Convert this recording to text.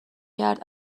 کرد